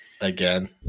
Again